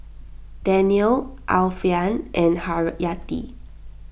Daniel Alfian and Haryati